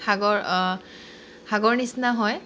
সাগৰ সাগৰ নিচিনা হয়